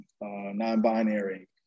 non-binary